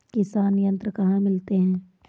किसान यंत्र कहाँ मिलते हैं?